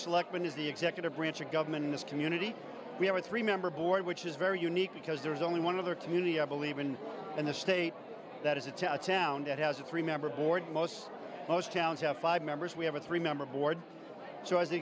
is the executive branch of government in this community we have a three member board which is very unique because there's only one of the community i believe in and the state that is a town that has a three member board most most towns have five members we have a three member board